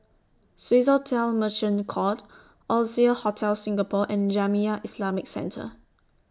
Swissotel Merchant Court Oasia Hotel Singapore and Jamiyah Islamic Centre